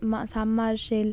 submersible